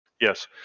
Yes